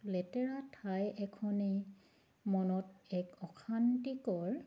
লেতেৰা ঠাই এখনে মনত এক অশান্তিকৰ